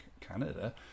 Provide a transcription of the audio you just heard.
Canada